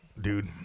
Dude